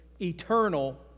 eternal